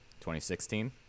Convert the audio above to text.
2016